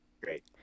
great